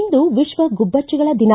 ಇಂದು ವಿಶ್ವ ಗುಬ್ಬಚ್ಚಿಗಳ ದಿನ